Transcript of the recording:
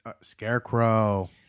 Scarecrow